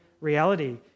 reality